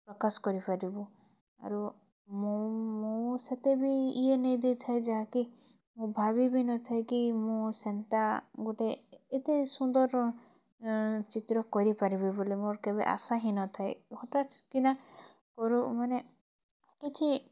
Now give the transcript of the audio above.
ପ୍ରକାଶ୍ କରିପାରିବୁ ଆରୁ ମୁଁ ମୁଁ ସେତେବି ଏଇ ନାଇଁ ଦେଇଥାଏ ଯାହାକି ଭାବିବି ନଥାଏ କି ମୁଁ ସେନ୍ତା ଗୁଟେ ଏତେ ସୁନ୍ଦର୍ର ଚିତ୍ର କରିପାରିବି ବୋଲି ମୋର୍ କେବେ ଆଶା ହିଁ ନଥାଏ ହଠାତ୍ କି ନା ମୋର ମାନେ କିଛି